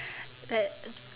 but